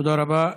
תודה רבה.